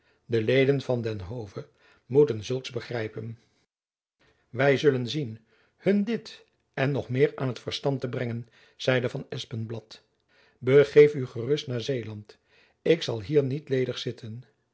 de leden van den hove moeten zulks begrijpen wy zullen zien hun dit en nog meer aan t verstand te brengen zeide van espenblad begeef u gerust naar zeeland ik zal hier niet ledig zitten